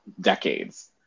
decades